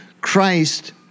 Christ